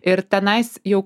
ir tenais jau